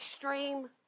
extreme